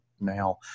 now